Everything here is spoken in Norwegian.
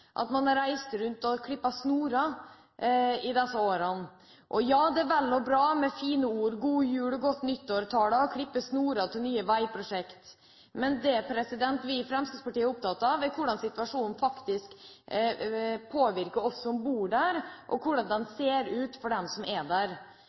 er vel og bra med fine ord, god-jul-og-godt-nyttår-taler og klippe snorer til nye veiprosjekter. Men det vi i Fremskrittspartiet er opptatt av, er hvordan situasjonen faktisk påvirker oss som bor der, og hvordan den